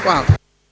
Hvala.